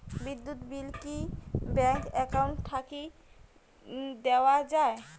বিদ্যুৎ বিল কি bank account থাকি দেওয়া য়ায়?